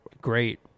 great